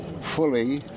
fully